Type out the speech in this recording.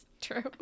True